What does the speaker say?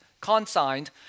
consigned